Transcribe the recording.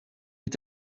est